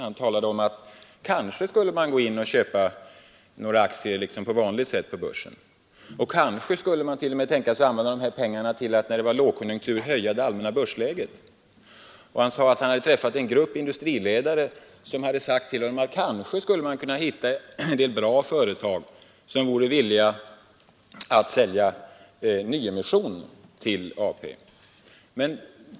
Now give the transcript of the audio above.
Han talade om att man kanske skulle köpa några aktier på vanligt sätt Nr 99 på börsen och kanske skulle man t.o.m. tänka sig att använda de här 5 å - SO Torsdagen den pengarna till att, under lågkonjunktur, höja det allmänna börsläget. Han 24 maj 1973 sade att han träffat en grupp industriledare, som sagt till honom att man. ZI kanske skulle hitta en del bra företag som vore villiga att sälja nyemission — Allmänna pensionstill AP-fonden.